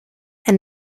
and